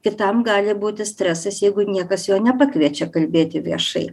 kitam gali būti stresas jeigu niekas jo nepakviečia kalbėti viešai